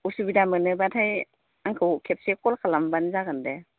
उसुबिदा मोनोबाथाय आंखौ खेबसे कल खालामबानो जागोन दे